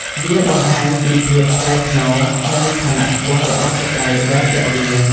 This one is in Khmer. វាបង្ហាញពីភាពថ្លៃថ្នូរ និងឋានៈខ្ពស់របស់ស្ត្រីដែលពាក់វា។